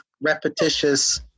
repetitious